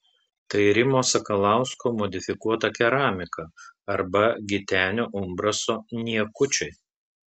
tai rimo sakalausko modifikuota keramika arba gitenio umbraso niekučiai